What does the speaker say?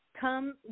Come